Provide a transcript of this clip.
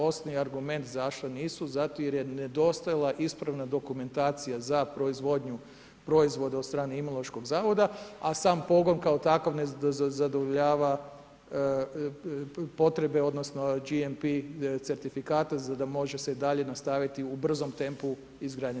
Osnovni argument zašto nisu, zato je nedostajala ispravna dokumentacija za proizvodnju proizvoda od strane Imunološkog zavoda, a sam pogon kao takav ne zadovoljava potrebe odnosno GNP certifikate da može se i dalje nastaviti u brzom tempu izgradnja.